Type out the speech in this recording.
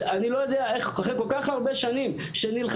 ואני לא יודע איך אחרי כל כך הרבה שנים שנלחמים,